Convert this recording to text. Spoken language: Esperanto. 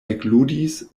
ekludis